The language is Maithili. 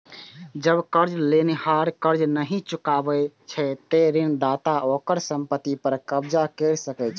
जब कर्ज लेनिहार कर्ज नहि चुका पाबै छै, ते ऋणदाता ओकर संपत्ति पर कब्जा कैर सकै छै